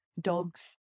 dogs